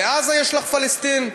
בעזה יש לךְ פלסטין.